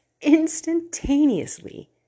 instantaneously